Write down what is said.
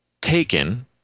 taken